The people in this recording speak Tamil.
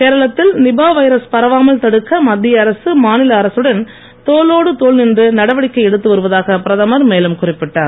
கேரளத்தில் நிபா வைரஸ் பரவாமல் தடுக்க மத்திய அரசு மாநில அரசுடன் தோளோடு தோள் நின்று நடவடிக்கை எடுத்து வருவதாக பிரதமர் மேலும் குறிப்பிட்டார்